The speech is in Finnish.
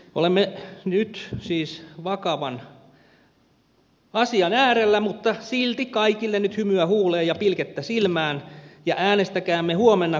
olemme nyt siis vakavan asian äärellä mutta silti kaikille nyt hymyä huuleen ja pilkettä silmään ja äänestäkäämme huomenna kukin ikioman tuntomme mukaisesti